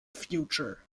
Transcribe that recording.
future